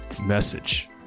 message